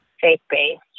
faith-based